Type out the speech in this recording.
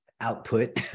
output